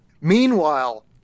Meanwhile